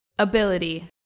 Ability